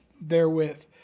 therewith